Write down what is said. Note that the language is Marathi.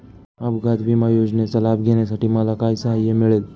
अपघात विमा योजनेचा लाभ घेण्यासाठी मला काय सहाय्य मिळेल?